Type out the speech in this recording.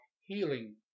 healing